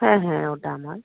হ্যাঁ হ্যাঁ ওটা আমার